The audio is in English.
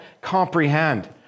comprehend